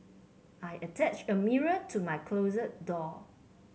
I attached a mirror to my closet door